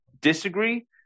disagree